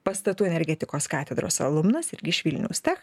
pastatų energetikos katedros alumnas irgi iš vilniaus tech